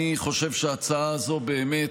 אני חושב שההצעה הזו באמת,